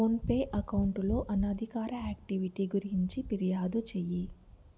PhonePe అకౌంటులో అనధికార activity గురించి ఫిర్యాదు చేయి